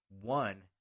One